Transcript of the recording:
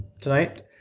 tonight